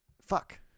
Fuck